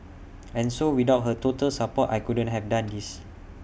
and so without her total support I couldn't have done this